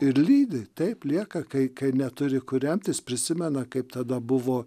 ir lydi taip lieka kai kai neturi kurentis prisimena kaip tada buvo